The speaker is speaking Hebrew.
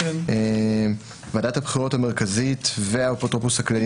ועדת הבחירות המרכזית והאפוטרופוס הכללי